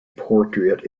portrait